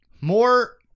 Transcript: More